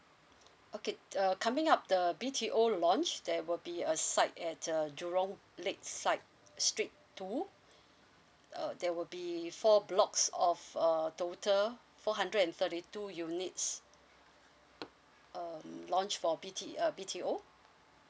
okay uh coming up the B_T_O launch there will be a site at uh jurong lake side straight to uh there will be four blocks of a total four hundred and thirty two units um launch for B_T uh B_T_O